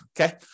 Okay